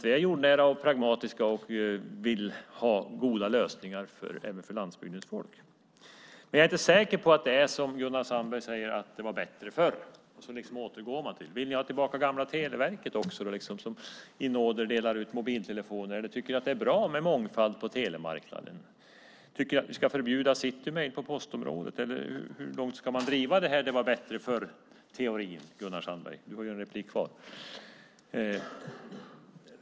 Vi är jordnära och pragmatiska och vill ha goda lösningar även för landsbygdens folk. Men jag är inte säker på att det är som Gunnar Sandberg säger - att det var bättre förr och att man ska återgå till det. Vill ni ha tillbaka gamla Televerket också, som på nåder delar ut mobiltelefoner? Eller tycker ni att det är bra med mångfald på telemarknaden? Tycker ni att vi ska förbjuda City Mail på postområdet? Hur långt ska man driva det-var-bättre-förr-teorin, Gunnar Sandberg? Du har ju ett inlägg kvar.